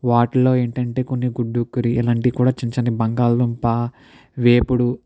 వాటిలో ఏంటి అంటే కొన్ని గుడ్డు కర్రీ ఇలాంటివి కూడా చిన్న చిన్న బంగాళదుంప వేపుడు